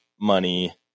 money